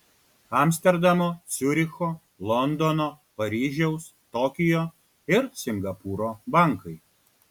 amsterdamo ciuricho londono paryžiaus tokijo ir singapūro bankai